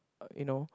you know